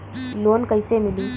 Loan कईसे मिली?